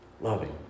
Loving